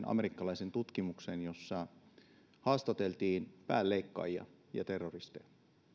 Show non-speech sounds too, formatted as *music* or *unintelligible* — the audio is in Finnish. *unintelligible* amerikkalaisen tutkimuksen jossa haastateltiin päänleikkaajia ja terroristeja